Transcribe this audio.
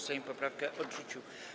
Sejm poprawkę odrzucił.